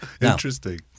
Interesting